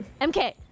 MK